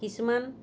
কিছুমান